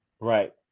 Right